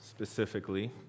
specifically